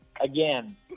Again